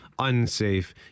unsafe